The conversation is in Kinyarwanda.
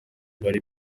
bari